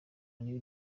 new